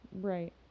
Right